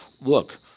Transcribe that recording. look